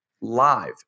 live